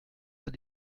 pas